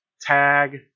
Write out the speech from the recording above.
tag